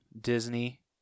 Disney